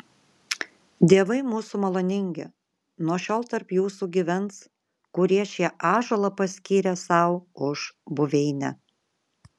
dievai mūsų maloningi nuo šiol tarp jūsų gyvens kurie šį ąžuolą paskyrė sau už buveinę